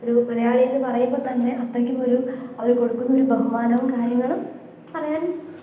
ഒരു മലയാളിയെന്ന് പറയുമ്പം തന്നെ അത്രയ്ക്കും ഒരു അവർ കൊടുക്കുന്ന ഒരു ബഹുമാനവും കാര്യങ്ങളും പറയാൻ